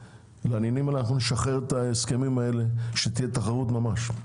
ואם נשחרר את ההסכמים הללו שתהיה תחרות ממש,